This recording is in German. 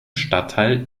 stadtteil